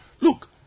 Look